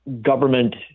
Government